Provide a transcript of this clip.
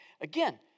Again